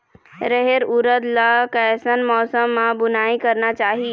रहेर उरद ला कैसन मौसम मा बुनई करना चाही?